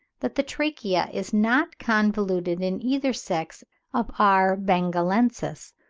that the trachea is not convoluted in either sex of r. bengalensis,